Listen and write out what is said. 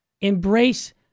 embrace